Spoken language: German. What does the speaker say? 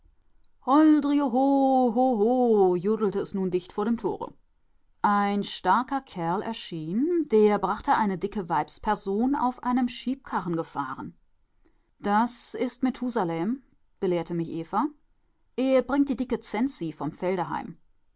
unheimlich holdrioho hoho jodelte es nun dicht vor dem tore ein starker kerl erschien der brachte eine dicke weibsperson auf einem schiebkarren gefahren das ist methusalem belehrte mich eva er bringt die dicke cenzi vom felde